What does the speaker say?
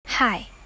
Hi